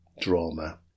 drama